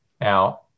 Now